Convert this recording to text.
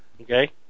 Okay